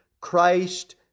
Christ